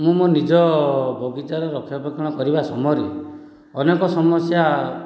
ମୁଁ ମୋ ନିଜ ବଗିଚାର ରକ୍ଷଣା ବେକ୍ଷଣା କରିବା ସମୟରେ ଅନେକ ସମସ୍ୟା